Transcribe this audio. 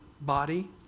body